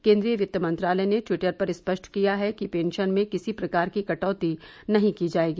केन्द्रीय वित्त मंत्रालय ने ट्वीटर पर स्पष्ट किया है कि पेंशन में किसी प्रकार की कटौती नहीं की जायेगी